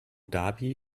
dhabi